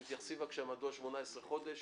תגידי בבקשה למה 18 חודש